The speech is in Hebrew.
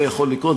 זה יכול לקרות.